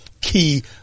key